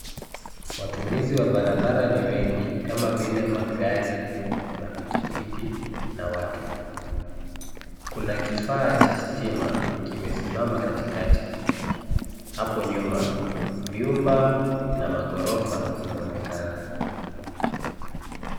Watumizi wa barabara ni wengi kama vile magari, mapikipiki na watu. Kuna kifaa cha stima kimesimama katikati. Hapo nyuma, vyumba na maghorofa inaonekana.